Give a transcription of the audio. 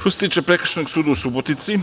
Što se tiče Prekršajnog suda u Subotici,